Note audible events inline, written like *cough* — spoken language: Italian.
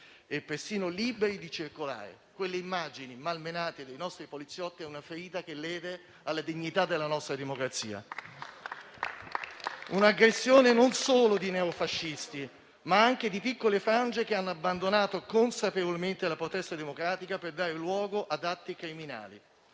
e persino liberi di circolare. Quelle immagini dei nostri poliziotti malmenati è una ferita che lede la dignità della nostra democrazia. *applause* Si è trattato di un'aggressione non solo di neofascisti, ma anche di piccole frange che hanno abbandonato consapevolmente la protesta democratica per dare luogo ad atti criminali.